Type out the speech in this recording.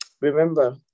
remember